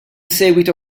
seguito